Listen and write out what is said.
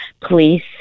police